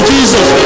Jesus